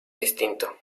distinto